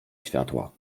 światła